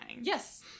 Yes